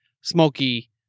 smoky